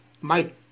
Mike